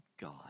God